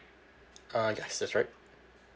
uh yes that's right